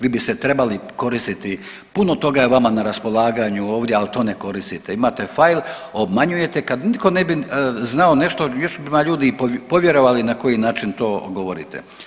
Vi biste trebali koristiti puno toga je vama na raspolaganju ovdje, ali to ne koristite, imate fail, obmanjujete kad nitko ne bi znao nešto još bi vam ljudi i povjerovali na koji način to govorite.